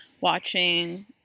watching